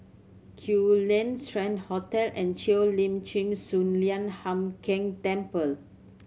Kew Lane Strand Hotel and Cheo Lim Chin Sun Lian Hup Keng Temple